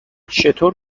چطور